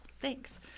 thanks